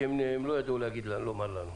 כי הם לא ידעו מה לומר לנו.